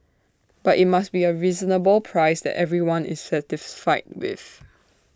but IT must be A reasonable price that everyone is satisfied with